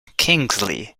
kingsley